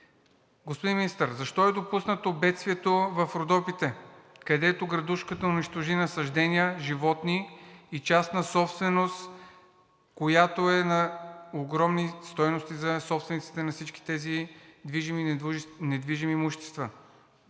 Господин Министър, защо е допуснато бедствието в Родопите, където градушката унищожи насаждания, животни и частна собственост, която е на огромни стойности за собствениците за всички тези движими и недвижими имущества?